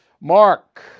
mark